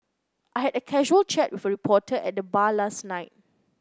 I had a casual chat with a reporter at the bar last night